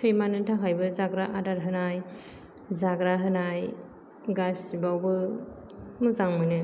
सैमानो थाखायबो जाग्रा आदार होनाय जाग्रा होनाय गासैबावबो मोजां मोनो